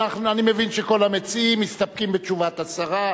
אני מבין שכל המציעים מסתפקים בתשובת השרה,